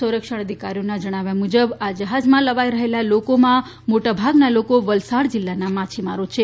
સંરક્ષણ અધિકારીઓના જણાવ્યા મુજબ આ જ્હાજમાં લવાઇ રહેલા લોકોમાં મોટાભાગના લોકો વલસાડ જિલ્લાના માછીમારો છે